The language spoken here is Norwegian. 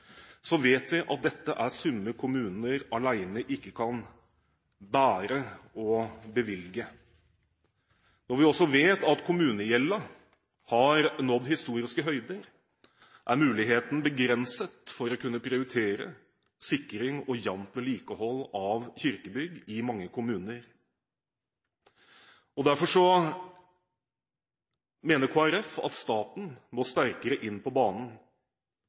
vet vi at dette er summer kommunene alene ikke kan bære og bevilge. Når vi også vet at kommunegjelden har nådd historiske høyder, er muligheten begrenset for å kunne prioritere sikring og jevnt vedlikehold av kirkebygg i mange kommuner. Derfor mener Kristelig Folkeparti at staten må sterkere på banen.